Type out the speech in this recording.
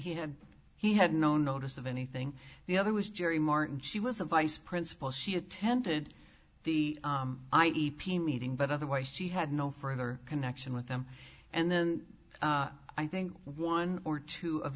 he had he had no notice of anything the other was jerry martin she was a vice principal she attended the i e p meeting but otherwise she had no further connection with them and then i think one or two of